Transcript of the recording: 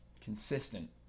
consistent